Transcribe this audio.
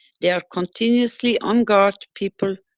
they are continuously on guard, people,